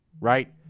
Right